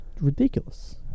ridiculous